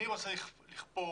אני רוצה לכפור